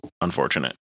unfortunate